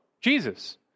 Jesus